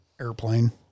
airplane